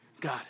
God